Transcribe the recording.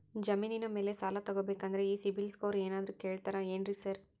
ಜಮೇನಿನ ಮ್ಯಾಲೆ ಸಾಲ ತಗಬೇಕಂದ್ರೆ ಈ ಸಿಬಿಲ್ ಸ್ಕೋರ್ ಏನಾದ್ರ ಕೇಳ್ತಾರ್ ಏನ್ರಿ ಸಾರ್?